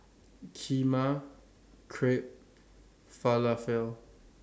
Kheema Crepe Falafel